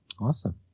awesome